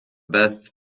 best